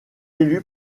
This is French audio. élu